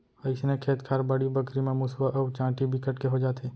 अइसने खेत खार, बाड़ी बखरी म मुसवा अउ चाटी बिकट के हो जाथे